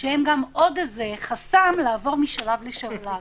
שהם עוד חסם לעבור משלב לשלב,